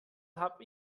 habe